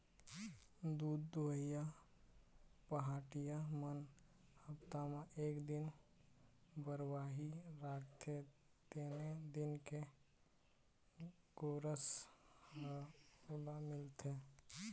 दूद दुहइया पहाटिया मन हप्ता म एक दिन बरवाही राखते तेने दिन के गोरस ह ओला मिलथे